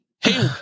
Hey